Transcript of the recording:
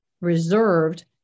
reserved